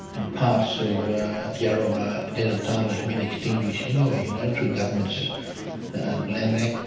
and parts of yarrabah native title has been extinguished anyway you know through governments land act,